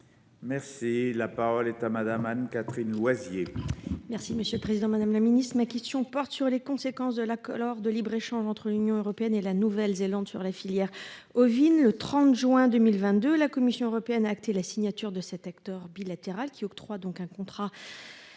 Merci la parole est à Madame Anne-Catherine Loisier. Merci monsieur le président, madame la ministre ma question porte sur les conséquences de la de libre-échange entre l'Union européenne et la Nouvelle-Zélande sur la filière ovine. Le 30 juin 2022. La Commission européenne a acté la signature de cet acteur. Qui octroie donc un contrat.